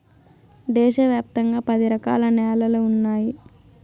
దేశ వ్యాప్తంగా పది రకాల న్యాలలు ఉన్నాయి